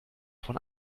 von